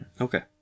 okay